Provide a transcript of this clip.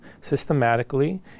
systematically